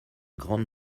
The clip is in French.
grande